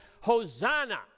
Hosanna